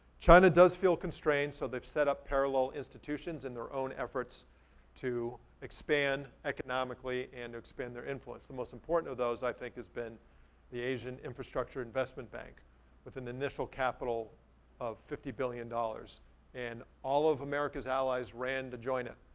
china does feel constrained so they setup parallel institutions in their own efforts to expand economically and expand their influence. the most important of those i think has been the asian infrastructure investment bank with the initial capital of fifty billion dollars and all of america's allies ran to join in.